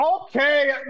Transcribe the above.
Okay